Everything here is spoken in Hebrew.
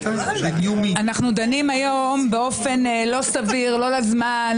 אנחנו דנים היום באופן לא לסביר לא לזמן,